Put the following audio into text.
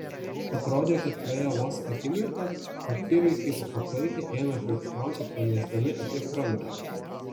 atrodė kad praėjo vos akimirka o kirai kaip paklaikę ėmė triukšmauti pranešdami apie krantą